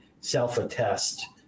self-attest